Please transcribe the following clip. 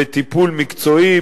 בטיפול מקצועי,